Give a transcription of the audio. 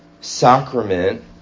sacrament